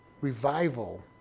revival